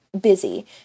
busy